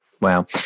Wow